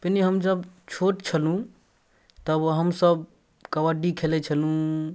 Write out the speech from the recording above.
पहिले हमसभ छोट छलहुँ तब हमसभ कबड्डी खेलै छलहुँ